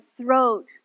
throat